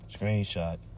Screenshot